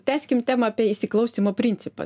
tęskim temą apie įsiklausymo principą